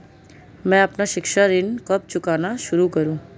मैं अपना शिक्षा ऋण कब चुकाना शुरू करूँ?